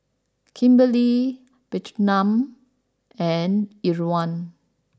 Kimberli Bertram and Irwin